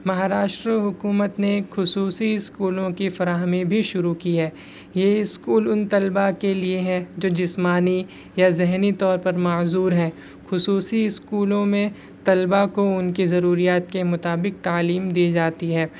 مہاراشٹر حکومت نے خصوصی اسکولوں کی فراہمی بھی شروع کی ہے یہ اسکول ان طلبا کے لیے ہیں جو جسمانی یا ذہنی طور پر معزور ہیں خصوصی اسکولوں میں طلبا کو ان کے ضروریات کے مطابق تعلیم دی جاتی ہے